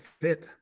fit